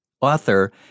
author